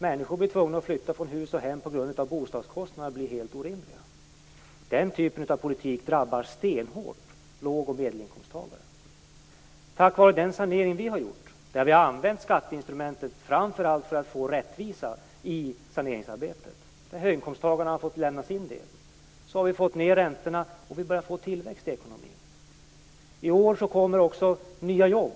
Människor blir tvungna att flytta från hus och hem på grund av att bostadskostnaderna blir helt orimliga. Den typen av politik drabbar stenhårt låg och medelinkomsttagare. Tack vare den sanering vi har gjort, där vi har använt skatteinstrumentet framför allt för att få rättvisa i saneringsarbetet och där höginkomsttagarna har fått lämna sin del, har vi fått ned räntorna. Vi börjar få tillväxt i ekonomin. I år kommer det också nya jobb.